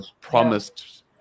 promised